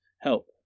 Help